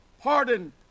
pardon